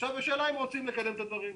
עכשיו השאלה היא אם רוצים לקדם את הדברים.